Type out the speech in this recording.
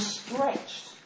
stretched